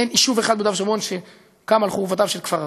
אין יישוב אחד ביהודה ושומרון שקם על חורבותיו של כפר ערבי.